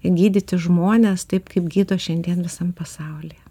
gydyti žmones taip kaip gydo šiandien visam pasaulyje